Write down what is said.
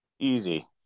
easy